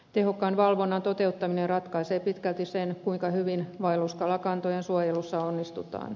tehokkaan valvonnan toteuttaminen ratkaisee pitkälti sen kuinka hyvin vaelluskalakantojen suojelussa onnistutaan